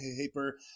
paper